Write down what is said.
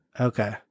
Okay